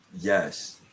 Yes